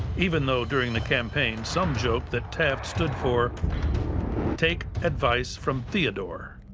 even though during the campaign, some joked that taft stood for take advice from theodore.